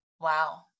wow